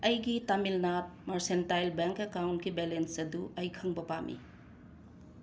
ꯑꯩꯒꯤ Tamilnad Mercantile Bank ꯑꯦꯀꯥꯎꯟꯀꯤ balance ꯑꯗꯨ ꯑꯩ ꯈꯪꯕ ꯄꯥꯝꯃꯤ